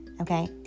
okay